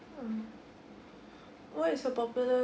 what is a popular